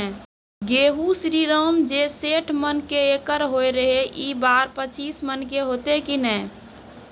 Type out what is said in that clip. गेहूँ श्रीराम जे सैठ मन के एकरऽ होय रहे ई बार पचीस मन के होते कि नेय?